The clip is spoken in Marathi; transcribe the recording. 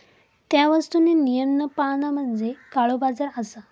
त्या वस्तुंनी नियम न पाळणा म्हणजे काळोबाजार असा